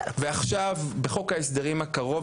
ועכשיו בחוק ההסדרים הקרוב,